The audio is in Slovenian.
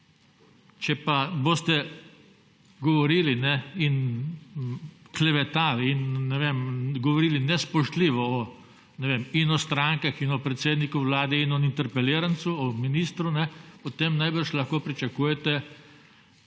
Če pa boste govorili in klevetali in govorili nespoštljivo in o strankah in o predsedniku Vlade in o interpelirancu, o ministru, potem najbrž lahko pričakujete